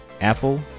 Apple